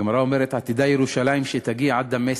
הגמרא אומרת: עתידה ירושלים שתגיע עד דמשק.